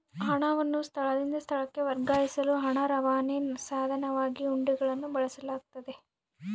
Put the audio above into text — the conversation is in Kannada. ಹಣವನ್ನು ಸ್ಥಳದಿಂದ ಸ್ಥಳಕ್ಕೆ ವರ್ಗಾಯಿಸಲು ಹಣ ರವಾನೆಯ ಸಾಧನವಾಗಿ ಹುಂಡಿಗಳನ್ನು ಬಳಸಲಾಗ್ತತೆ